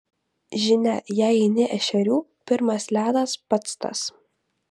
žinia jei eini ešerių pirmas ledas pats tas